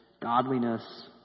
godliness